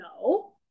No